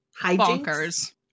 bonkers